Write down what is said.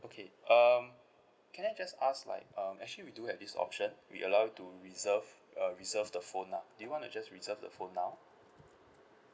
okay um can I just ask like um actually we do have this option we allow you to reserve uh reserve the phone lah do you want to just reserve the phone now